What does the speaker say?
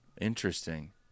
Interesting